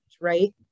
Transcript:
right